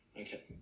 Okay